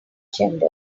genders